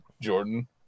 Jordan